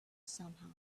somehow